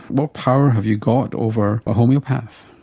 what power have you got over a homoeopath?